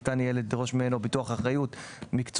ניתן יהיה לדרוש ממנו ביטוח אחריות מקצועית,